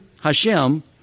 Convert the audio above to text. Hashem